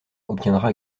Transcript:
obtiendra